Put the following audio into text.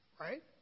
right